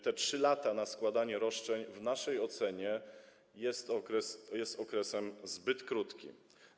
Te 3 lata na składanie roszczeń w naszej ocenie jest okresem zbyt krótkim.